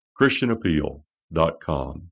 ChristianAppeal.com